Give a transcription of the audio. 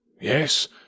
Yes